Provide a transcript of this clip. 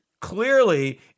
Clearly